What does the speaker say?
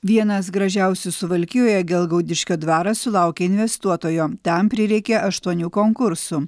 vienas gražiausių suvalkijoje gelgaudiškio dvaras sulaukė investuotojo tam prireikė aštuonių konkursų